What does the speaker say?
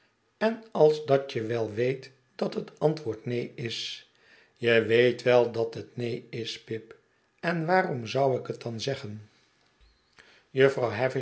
en als dat je wel weet dat het antwoord neen is je weet wel dat het neen is pip en waarom zou ik het dan zeggen